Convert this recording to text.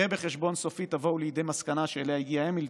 הרי בחשבון סופי תבואו לידי מסקנה שאליה הגיע המילטון: